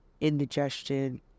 indigestion